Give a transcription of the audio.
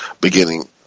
beginning